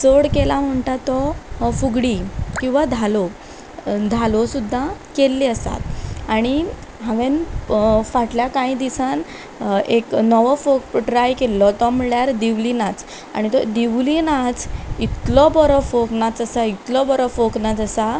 च चड केला म्हणटा तो फुगडी किंवां धालो धालो सुद्दां केल्ली आसात आनी हांवें फाटल्या कांय दिसान एक नवो फोक ट्राय केल्लो तो म्हणल्यार दिवली नाच आनी तो दिवली नाच इतलो बरो फोक नाच आसा इतलो बरो फोक नाच आसा